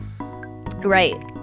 Right